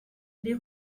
les